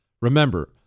Remember